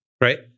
right